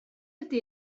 ydy